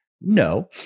No